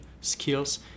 skills